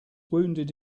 wounded